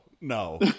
no